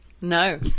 No